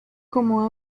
como